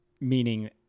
meaning